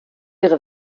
ihre